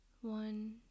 one